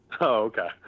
okay